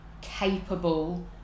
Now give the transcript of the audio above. capable